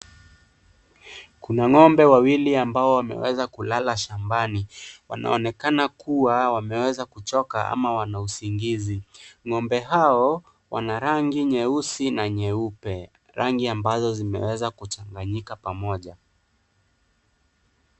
Kuna ng'ombe ambao wawili wameweza kulala shambani. Wanaonekana kuwa wameweza kuchoka ama Wana usingizi. Ng'ombe hao Wana rangi nyeusi na nyeupe, rangi ambazo zimeweza kuchanganyika pamoja